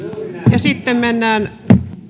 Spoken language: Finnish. sitten mennään